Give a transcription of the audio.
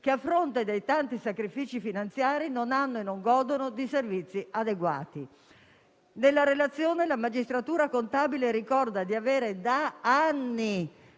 che, a fronte dei tanti sacrifici finanziari, non godono di servizi adeguati. Nella relazione la magistratura contabile ricorda di avere da anni